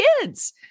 kids